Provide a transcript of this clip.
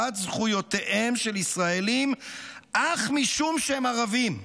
זכויותיהם של ישראלים אך משום שערבים הם,